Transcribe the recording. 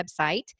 website